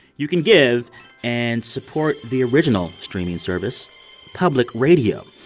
you can give and support the original streaming service public radio.